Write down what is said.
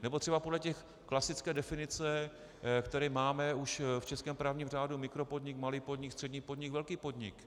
Nebo třeba podle té klasické definice, kterou máme už v českém právním řádu mikropodnik, malý podnik, střední podnik, velký podnik.